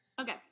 Okay